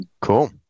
Cool